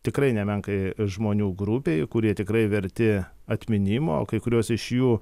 tikrai nemenkai žmonių grupei kurie tikrai verti atminimo o kai kuriuos iš jų